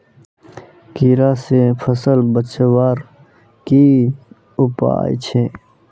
कीड़ा से फसल बचवार की उपाय छे?